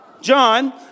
John